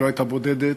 ולא הייתה בודדת.